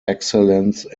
excellence